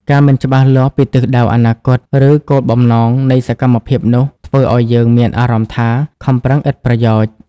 ការមិនច្បាស់លាស់ពីទិសដៅអនាគត ឬគោលបំណងនៃសកម្មភាពនោះ ធ្វើឲ្យយើងមានអារម្មណ៍ថាខំប្រឹងឥតប្រយោជន៍។